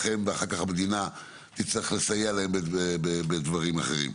ואחר-כך המדינה תצטרך לסייע להם בדברים אחרים.